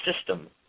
system